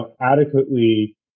adequately